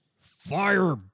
fire